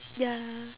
ya